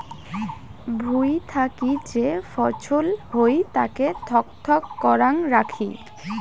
ভুঁই থাকি যে ফছল হই তাকে থক থক করাং রাখি